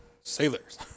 sailors